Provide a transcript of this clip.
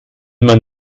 man